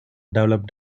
developed